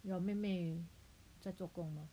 your 妹妹在做工吗